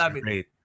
great